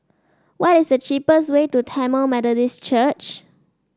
what is the cheapest way to Tamil Methodist Church